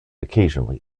occasionally